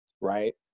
right